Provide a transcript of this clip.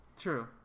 true